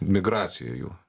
migracija jų